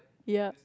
yup